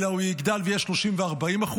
אלא הוא יגדל ויהיה 30% ו-40%,